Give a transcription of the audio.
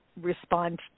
respond